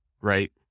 right